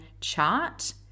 chart